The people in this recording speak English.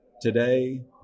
Today